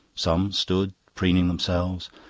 some stood, preening themselves,